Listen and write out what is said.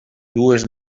dues